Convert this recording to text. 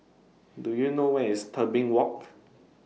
Do YOU know Where IS Tebing Walk